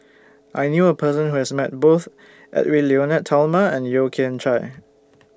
I knew A Person Who has Met Both Edwy Lyonet Talma and Yeo Kian Chye